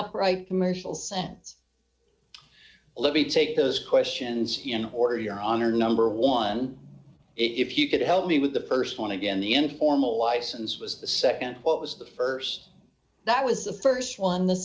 upright commercial sense let me take those questions in order d your honor number one if you could help me with the st one again the informal license was the nd what was the st that was the st one the